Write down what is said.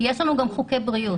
יש לנו גם חוקי בריאות,